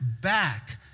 back